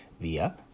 via